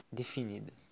definida